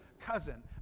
cousin